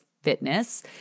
Fitness